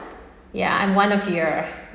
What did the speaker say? yea I'm one of your